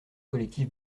collectif